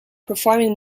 performing